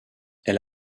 elle